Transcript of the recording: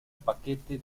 paquete